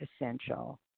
essential